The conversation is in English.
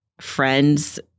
friends